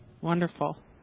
Wonderful